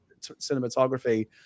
cinematography